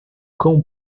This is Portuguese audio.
cão